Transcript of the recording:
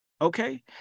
Okay